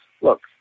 look